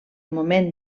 moment